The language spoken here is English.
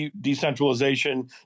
decentralization